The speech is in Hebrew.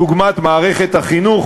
דוגמת מערכת החינוך,